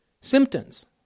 symptoms